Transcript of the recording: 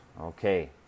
Okay